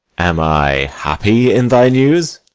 am i happy in thy news?